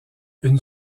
une